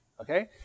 okay